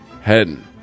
heading